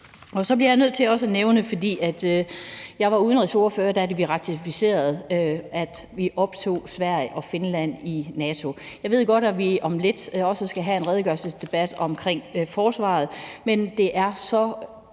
Så bliver jeg nødt til også at nævne noget. For jeg var udenrigsordfører, da det blev ratificeret, at vi optog Sverige og Finland i NATO. Jeg ved godt, at vi om lidt også skal have en redegørelsesdebat omkring forsvaret, men det er så